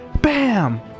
BAM